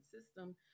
system